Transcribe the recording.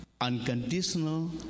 unconditional